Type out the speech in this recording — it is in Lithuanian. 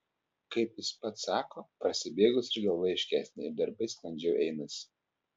kaip jis pats sako prasibėgus ir galva aiškesnė ir darbai sklandžiau einasi